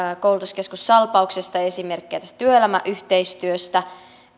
koulutuskeskus salpauksesta esimerkkejä tästä työelämäyhteistyöstä